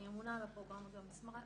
אני ממונה על הפרוגרמה גם במשרד.